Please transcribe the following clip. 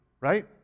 right